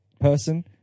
person